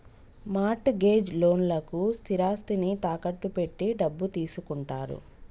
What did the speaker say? mart gauge లోన్లకు స్థిరాస్తిని తాకట్టు పెట్టి డబ్బు తీసుకుంటారు